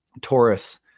Taurus